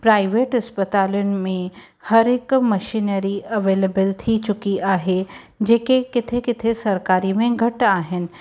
private अस्पतालिनि में हर हिकु मशीनरी अवैलेबल थी चुकी आहे जेके किथे किथे सरकारी में घटि आहिनि